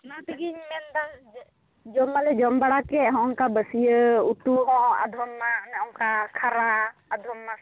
ᱚᱱᱟᱛᱮᱜᱮᱧ ᱢᱮᱱᱫᱟ ᱡᱚᱢ ᱢᱟᱞᱮ ᱡᱚᱢ ᱵᱟᱲᱟ ᱠᱮᱫ ᱦᱚᱸᱜ ᱚᱱᱠᱟ ᱵᱟᱹᱥᱭᱟᱹ ᱩᱛᱩ ᱦᱚᱸ ᱟᱫᱷᱚᱢ ᱢᱟ ᱚᱱᱮ ᱚᱱᱠᱟ ᱠᱷᱟᱨᱟ ᱟᱫᱷᱚᱢ ᱢᱟ